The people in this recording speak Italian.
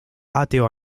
ateo